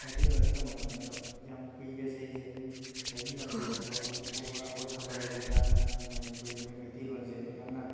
ꯃꯩꯇꯩꯂꯣꯟꯁꯦ ꯇꯝꯃꯛꯄꯅꯦ ꯑꯗꯣ ꯌꯥꯝ ꯀꯨꯏꯔꯦ ꯆꯍꯤ ꯌꯥꯝ ꯀꯨꯏꯔꯁꯨ ꯍꯧꯖꯤꯛꯐꯥꯎꯕ ꯑꯩꯈꯣꯏ ꯈꯕꯔꯁꯤꯗ ꯃꯅꯤꯄꯨꯔꯤ ꯑꯩꯈꯣꯏ ꯃꯩꯇꯩꯂꯣꯟꯁꯦ ꯌꯥꯝꯅ